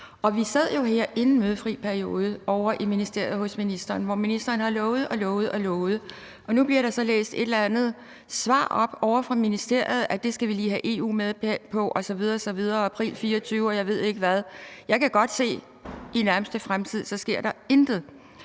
Vi sad jo i den mødefri periode ovre i ministeriet hos ministeren, hvor ministeren lovede og lovede ting, og nu bliver der læst et eller andet svar op ovre fra ministeriet om, at det skal vi lige have EU med på osv. osv., og om april 2024, og jeg ved ikke hvad. Jeg kan godt se, at der intet sker i